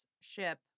ship